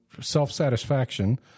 self-satisfaction